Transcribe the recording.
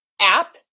app